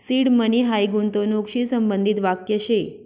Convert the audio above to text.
seed money हायी गूंतवणूकशी संबंधित वाक्य शे